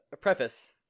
preface